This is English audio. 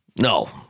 No